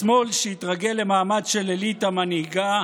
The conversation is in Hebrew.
השמאל, שהתרגל למעמד של אליטה מנהיגה,